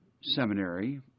seminary